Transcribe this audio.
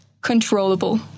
Controllable